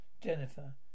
jennifer